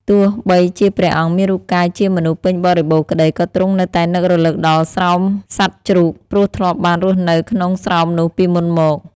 ទោះបីជាព្រះអង្គមានរូបកាយជាមនុស្សពេញបរិបូរណ៍ក្តី ក៏ទ្រង់នៅតែនឹករលឹកដល់ស្រោមសត្វជ្រូក ព្រោះធ្លាប់បានរស់នៅក្នុងស្រោមនោះពីមុនមក។